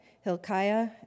Hilkiah